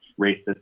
racist